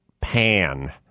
pan